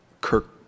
Kirk